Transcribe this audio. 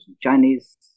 Chinese